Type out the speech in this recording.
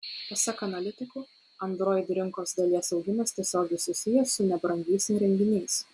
pasak analitikų android rinkos dalies augimas tiesiogiai susijęs su nebrangiais įrenginiais